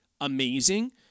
Amazing